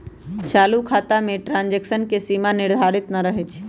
चालू खता में ट्रांजैक्शन के सीमा निर्धारित न रहै छइ